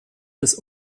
des